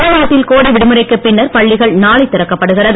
தமிழ்நாட்டில் கோடை விடுமுறைக்கு பின்னர் பள்ளிகள் நாளை திறக்கப்படுகிறது